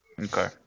Okay